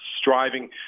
striving